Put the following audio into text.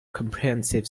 comprehensive